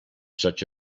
such